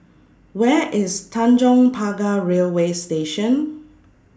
Where IS Tanjong Pagar Railway Station